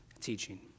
teaching